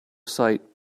sight